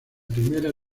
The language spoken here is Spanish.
primera